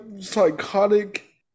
psychotic